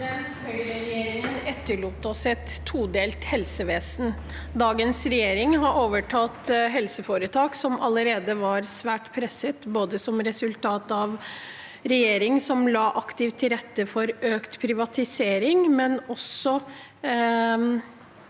Høyreregjeringen etterlot seg et todelt helsevesen. Dagens regjering har overtatt helseforetak som allerede var svært presset, som resultat av en regjering som både la aktivt til rette for økt privatisering og